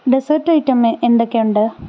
desert item എന്തൊക്കെയുണ്ട്